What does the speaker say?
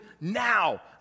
now